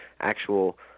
actual